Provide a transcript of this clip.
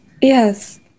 Yes